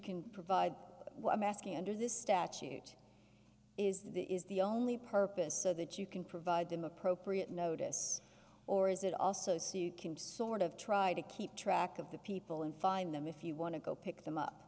asking under this statute is the is the only purpose so that you can provide them appropriate notice or is it also see you can sort of try to keep track of the people and find them if you want to go pick them up